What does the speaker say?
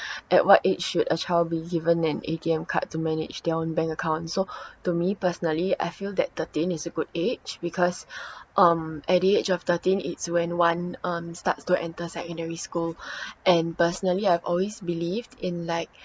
at what age should a child be given an A_T_M card to manage their own bank account so to me personally I feel that thirteen is a good age because um at the age of thirteen it's when one um starts to enter secondary school and personally I've always believed in like